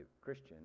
Christian